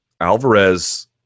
Alvarez